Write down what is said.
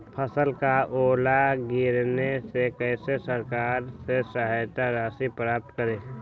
फसल का ओला गिरने से कैसे सरकार से सहायता राशि प्राप्त करें?